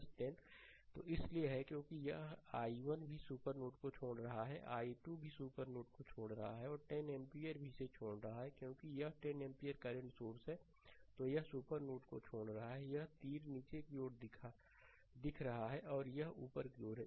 तो ऐसा इसलिए है क्योंकि यह i1 भी सुपर नोड को छोड़ रहा है i2 भी सुपर नोड को छोड़ रहा है और 10 एम्पीयर भी इसे छोड़ रहा है क्योंकि यह 10 एम्पीयर करंट सोर्स है तो यह सुपर नोड को छोड़ रहा है यह तीर नीचे की ओर दिख रहा है और यह ऊपर की ओर है